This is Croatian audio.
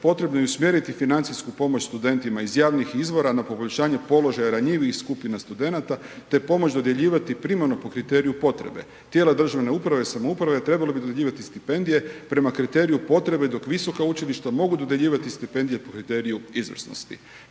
potrebno je usmjeriti financijsku pomoć studentima iz javnih izvora na poboljšanje položaja ranjivijih skupina studenata te pomoć dodjeljivati primarno po kriteriju potrebe. Tijela državne uprave i samouprave trebale bi dodjeljivati stipendije prema kriteriju potrebe, dok visoka učilišta mogu dodjeljivati stipendije po kriteriju izvrsnosti.